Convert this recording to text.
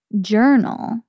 journal